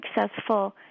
successful